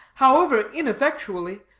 however ineffectually,